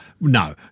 no